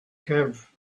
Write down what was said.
have